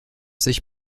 sich